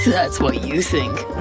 that's what you think.